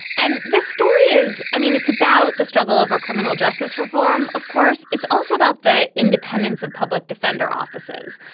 and this story is i mean, it's about the struggle of criminal justice reform. of course, it's also about the independence of public defender offices.